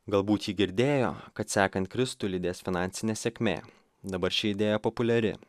galbūt ji girdėjo kad sekant kristų lydės finansinė sėkmė dabar ši idėja populiari